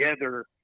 together